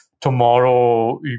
tomorrow